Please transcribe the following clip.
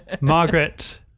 Margaret